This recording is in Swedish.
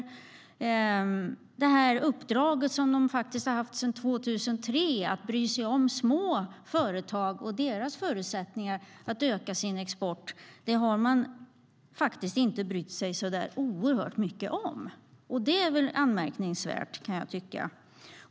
Det uppdrag som nämnden har haft sedan 2003 - att bry sig om små företag och deras förutsättningar för att öka sin export - har den inte brytt sig så oerhört mycket om. Det är anmärkningsvärt, kan jag tycka.